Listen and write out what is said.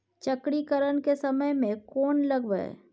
चक्रीकरन के समय में कोन लगबै?